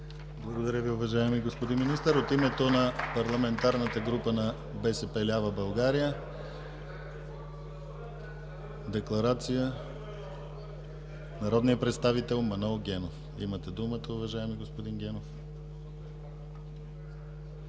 Благодаря Ви, уважаеми господин Министър. Декларация от името на Парламентарната група на „БСП лява България” –– народният представител Манол Генов. Имате думата, уважаеми господин Генов.